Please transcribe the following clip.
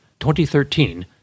2013